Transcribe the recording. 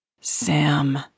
Sam